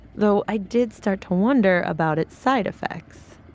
though i did start to wonder about its side effects,